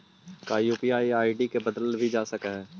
का UPI ID के बदलल भी जा सकऽ हई?